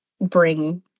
bring